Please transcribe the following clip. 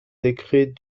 décret